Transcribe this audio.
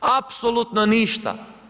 Apsolutno ništa.